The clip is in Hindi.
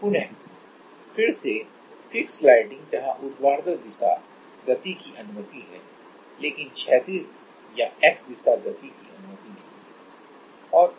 पुनः फिर से फिक्स्ड स्लाइडिंग जहां ऊर्ध्वाधर दिशा गति की अनुमति है लेकिन क्षैतिज या X दिशा गति की अनुमति नहीं है